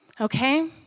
Okay